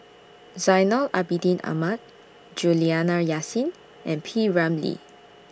Zainal Abidin Ahmad Juliana Yasin and P Ramlee